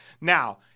Now